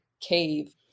cave